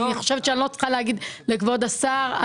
אני חושבת שאני לא צריכה להגיד לכבוד השר.